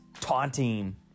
taunting